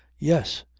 yes!